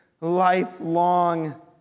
lifelong